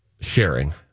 sharing